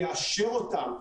יאשר אותם.